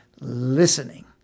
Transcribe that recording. listening